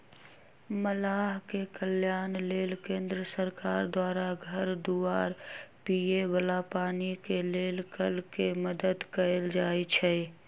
मलाह के कल्याण लेल केंद्र सरकार द्वारा घर दुआर, पिए बला पानी के लेल कल के मदद कएल जाइ छइ